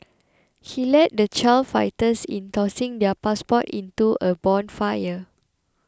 he led the child fighters in tossing their passports into a bonfire